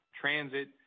transit